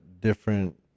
different